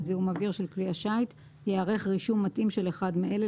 זיהום אוויר של כלי השיט ייערך רישום מתאים של אחד מאלה,